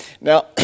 now